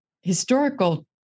historical